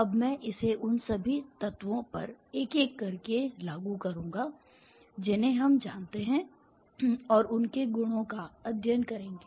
अब मैं इसे उन सभी तत्वों पर एक एक करके लागू करूँगा जिन्हें हम जानते हैं और उनके गुणों का अध्ययन करेंगे